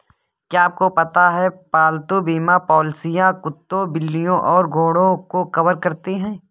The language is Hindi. क्या आपको पता है पालतू बीमा पॉलिसियां कुत्तों, बिल्लियों और घोड़ों को कवर करती हैं?